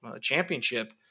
championship